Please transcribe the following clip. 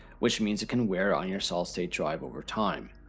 which means it can wear on your solid state drive over time.